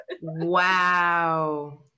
Wow